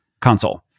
console